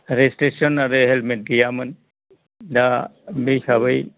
registration आरो helmet गैयामोन दा बे हिसाबै